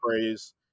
praise